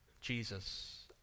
Jesus